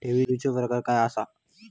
ठेवीचो प्रकार काय असा?